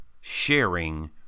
sharing